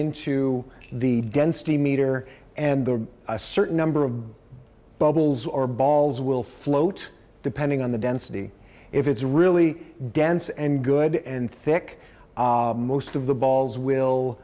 into the density meter and there are a certain number of bubbles or balls will float depending on the density if it's really dense and good and thick most of the balls will